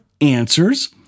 answers